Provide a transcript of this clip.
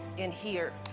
in here.